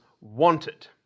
wanted